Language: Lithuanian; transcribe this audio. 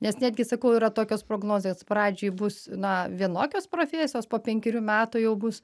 nes netgi sakau yra tokios prognozės pradžiai bus na vienokios profesijos po penkerių metų jau bus